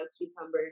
cucumbers